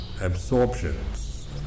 absorptions